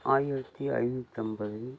ஆயிரத்து ஐநுாற்றம்பது